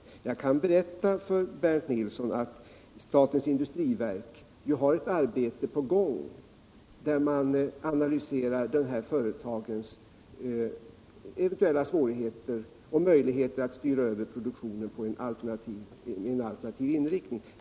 Jag kan berätta för Bernt Nilsson att statens industriverk har ett arbete på gång där man analyserar de här företagens eventuella svårigheter och möjligheterna att styra över produktionen till en alternativ inriktning.